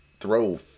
throw